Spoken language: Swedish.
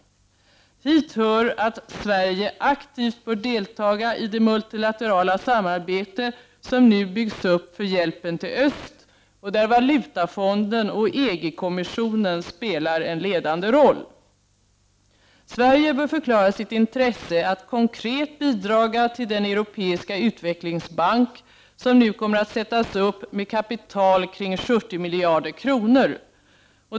Hit hör att Sverige aktivt bör deltaga i det multilaterala samarbete som nu byggs upp för hjälpen till öst och där valutafonden och EG-kommissionen spelar en ledande roll. Sverige bör förklara sitt intresse att konkret bidraga till den europeiska utvecklingsbank som nu kommer att sättas upp med kapital kring 70 miljarder kronor.